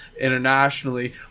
internationally